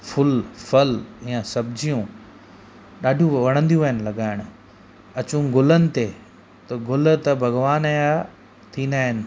फ़ुक फल या सब्जियूं ॾाढियूं वणंदियूं आहिनि लॻाइण अचूं गुलनि ते त गुल त भॻवान जा थींदा आहिनि